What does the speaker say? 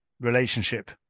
relationship